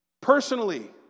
Personally